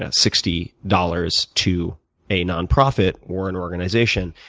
ah sixty dollars to a nonprofit or an organization,